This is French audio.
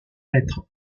être